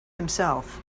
himself